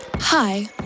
Hi